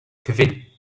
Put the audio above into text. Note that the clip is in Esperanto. kvin